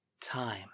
time